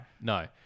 No